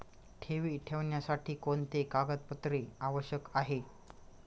ठेवी ठेवण्यासाठी कोणते कागदपत्रे आवश्यक आहे?